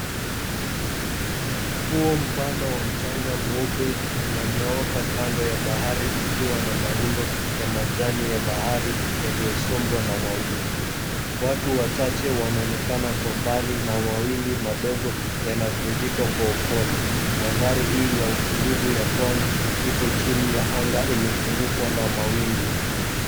Ufuo mpana wa mchanga mweupe unanyooka kando ya bahari ukiwa na marundo ya majani ya bahari yaliyosombwa na mawimbi. Watu wachache wanaonekana kwa mbali na mawimbi madogo yanavunjika kwa upole. Mandhari hii ya utulivu ya pwani ipo chini ya anga iliyofunikwa na mawingu.